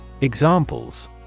Examples